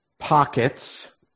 pockets